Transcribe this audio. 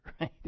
right